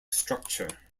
structure